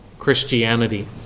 christianity